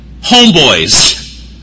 homeboys